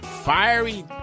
fiery